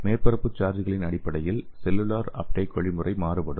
மேற்பரப்பு சார்ஜ்களின் அடிப்படையில் செல்லுலார் அப்டேக் வழிமுறை மாறுபடும்